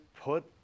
put